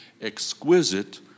exquisite